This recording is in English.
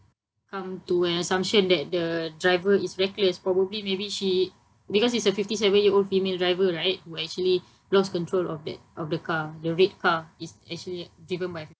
come to an assumption that the driver is reckless probably maybe she because is a fifty seven year old female driver right who actually lost control of that of the car the red car is actually driven by